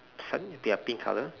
sun their pink colour